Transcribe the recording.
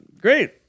great